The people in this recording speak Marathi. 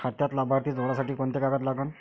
खात्यात लाभार्थी जोडासाठी कोंते कागद लागन?